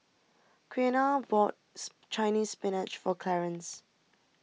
Quiana bought Chinese Spinach for Clarance